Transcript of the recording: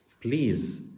Please